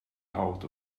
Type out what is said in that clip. out